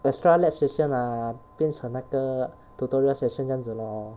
extra lab session ah 变成那个 tutorial session 这样子 lor